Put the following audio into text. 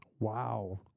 Wow